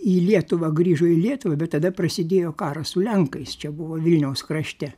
į lietuvą grįžo į lietuvą bet tada prasidėjo karas su lenkais čia buvo vilniaus krašte